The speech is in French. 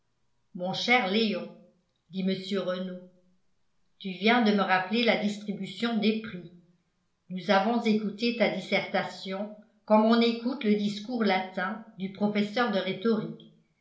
mon cher léon dit mr renault tu viens de me rappeler la distribution des prix nous avons écouté ta dissertation comme on écoute le discours latin du professeur de rhétorique